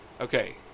Okay